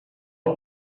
pod